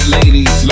ladies